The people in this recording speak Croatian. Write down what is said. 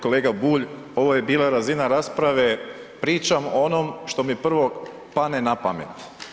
Kolega Bulj ovo je bila razina rasprave pričam o onom što mi prvo pane napamet.